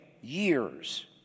years